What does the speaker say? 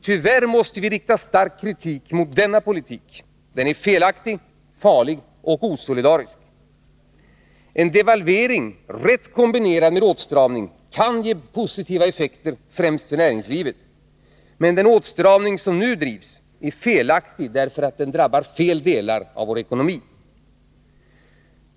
Tyvärr måste vi rikta stark kritik mot denna politik. Den är felaktig, farlig och osolidarisk. En devalvering rätt kombinerad med åtstramning kan ge positiva effekter, främst för näringslivet. Men den åtstramning som nu drivs är felaktig, därför att den drabbar fel delar av vår ekonomi.